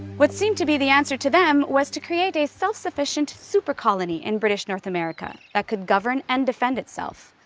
what seemed to be the answer to them was to create a self-sufficient super colony in british north america that could govern and defend itself.